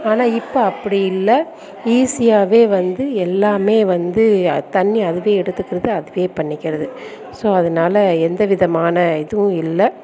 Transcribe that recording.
ஆனால் இப்போ அப்படி இல்லை ஈஸியாகவே வந்து எல்லாமே வந்து தண்ணி அதுவே எடுத்துகிருது அதுவே பண்ணிக்கிறது ஸோ அதனால எந்த விதமான இதுவும் இல்லை